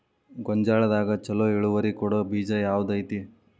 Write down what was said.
ಗೊಂಜಾಳದಾಗ ಛಲೋ ಇಳುವರಿ ಕೊಡೊ ಬೇಜ ಯಾವ್ದ್ ಐತಿ?